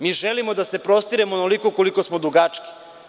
Mi želimo da se prostiremo onoliko koliko smo dugački.